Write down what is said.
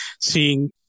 seeing